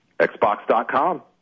Xbox.com